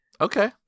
Okay